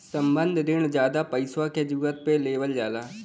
संबंद्ध रिण जादा पइसा के जरूरत पे लेवल जाला